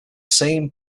same